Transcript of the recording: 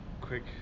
quick